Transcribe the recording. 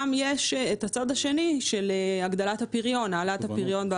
יש גם את הצד השני של העלאת הפריון בעבודה,